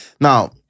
Now